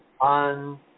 on